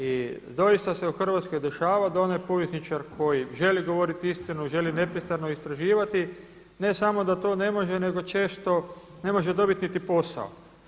I doista se u Hrvatskoj dešava da onaj povjesničar koji želi govoriti istinu, želi nepristrano istraživati ne samo da to ne može, nego često ne može dobiti niti posao.